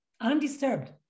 undisturbed